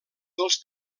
dels